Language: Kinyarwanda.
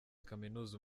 kaminuza